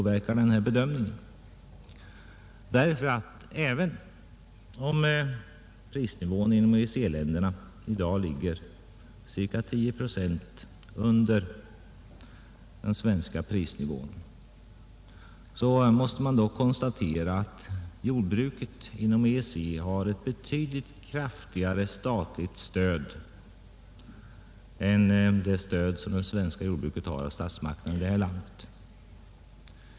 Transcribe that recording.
Visserligen är priserna på jordbruksprodukter inom EEC-länderna i dag cirka tio procent lägre än de svenska priserna, men så har också jordbruket i EEC-länderna ett betydligt kraftigare statligt stöd än det svenska jordbruket har av statsmakterna här i landet.